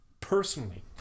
personally